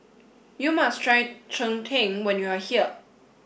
you must try Cheng Tng when you are here